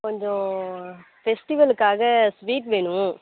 கொஞ்சம் ஃபெஸ்டிவலுக்காக ஸ்வீட் வேணும்